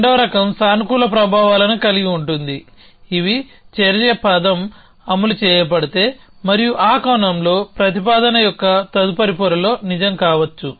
రెండవ రకం సానుకూల ప్రభావాలను కలిగి ఉంటుంది ఇవి చర్య పదం అమలు చేయబడితే మరియు ఆ కోణంలో ప్రతిపాదన యొక్క తదుపరి పొరలో నిజం కావచ్చు